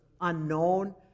unknown